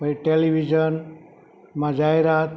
પછી ટેલીવિઝનમાં જાહેરાત